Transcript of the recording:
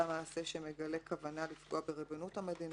עשה מעשה המגלה כוונה לפגוע בריבונות המדינה,